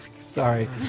Sorry